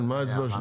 מה ההסבר שלכם?